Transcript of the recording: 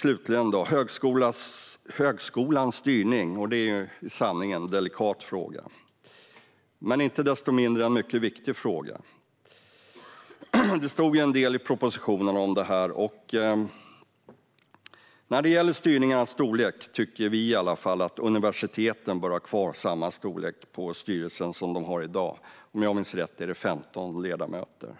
Slutligen högskolans styrning, som i sanning är en delikat men inte desto mindre viktig fråga. Det står en del i propositionen om detta. När det gäller styrelsernas storlek tycker vi i alla fall att universiteten bör ha samma storlek på styrelsen som de har i dag - om jag minns rätt är det 15 ledamöter.